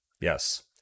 yes